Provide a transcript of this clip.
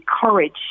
courage